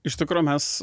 iš tikro mes